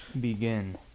begin